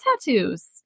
tattoos